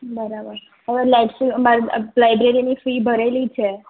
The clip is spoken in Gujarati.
બરાબર હવે લાઇબ્રેરીની ફી ભરેલી છે